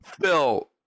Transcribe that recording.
Phil